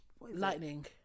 Lightning